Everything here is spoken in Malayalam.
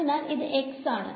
അതിനാൽ ഇത് x ആണ്